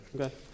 Okay